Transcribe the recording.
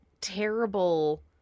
terrible